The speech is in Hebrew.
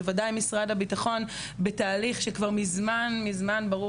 בוודאי משרד הביטחון בתהליך שכבר מזמן ברור